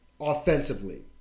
offensively